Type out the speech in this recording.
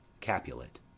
Capulet